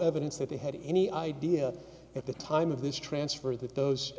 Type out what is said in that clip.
evidence that they had any idea at the time of this transfer that those